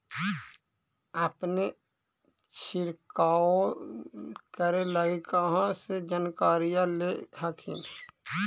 अपने छीरकाऔ करे लगी कहा से जानकारीया ले हखिन?